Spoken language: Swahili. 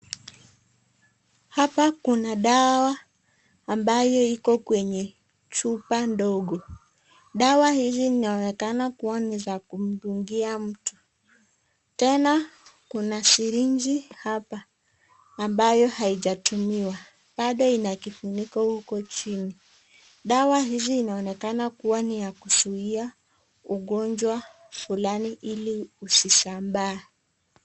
Hapa kuna dawa ambayo iko kwenye chupa ndogo. Dawa hizi zinaonekana kuwa ni za kumdungia mtu. Tena kuna sirinji hapa ambayo haijatumiwa. Bado ina kifuniko huko chini. Dawa hizi inaonekana kuwa ni ya kuzuia ugonjwa fulani ili usisambaa.